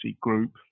group